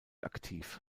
aktiv